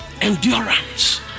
endurance